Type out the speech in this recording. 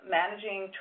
managing